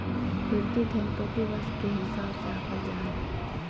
भृति धन प्रतिवर्ष के हिसाब से आँकल जा हइ